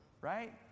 right